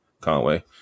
Conway